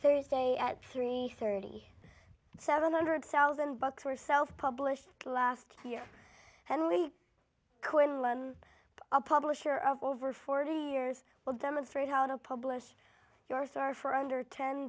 thursday at three thirty seven hundred thousand bucks yourself published last year and we could learn a publisher of over forty years will demonstrate how to publish your star for under ten